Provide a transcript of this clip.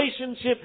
relationship